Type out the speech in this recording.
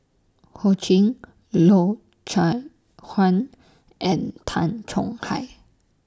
Ho Ching Loy Chye Huan and Tan Chong Hai